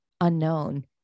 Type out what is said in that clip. unknown